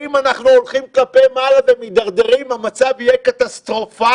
אם אנחנו הולכים כלפי מעלה ומתדרדרים המצב יהיה קטסטרופלי.